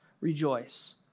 rejoice